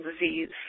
disease